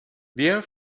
wer